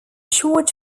short